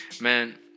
Man